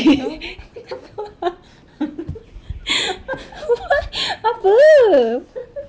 no